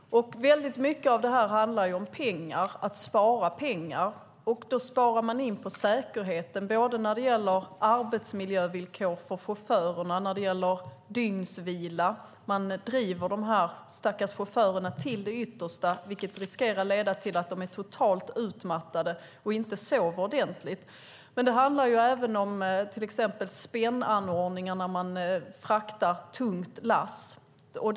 Mycket av detta handlar om att spara pengar. Man sparar in på säkerheten, som arbetsmiljövillkoren för chaufförerna när det gäller dygnsvila. Man driver de stackars chaufförerna till det yttersta, vilket riskerar att leda till att de blir totalt utmattade och inte sover ordentligt. Det handlar även om till exempel spännanordningarna man fraktar tungt lass med.